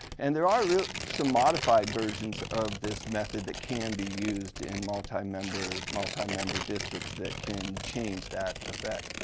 and there are some modified versions of this method that can be used in multi member multi member districts that can change that affect.